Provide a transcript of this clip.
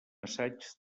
assaig